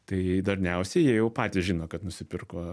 tai dažniausiai jie jau patys žino kad nusipirko